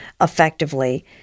effectively